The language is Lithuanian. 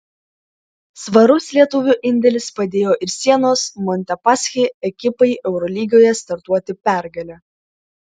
svarus lietuvių indėlis padėjo ir sienos montepaschi ekipai eurolygoje startuoti pergale